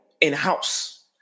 in-house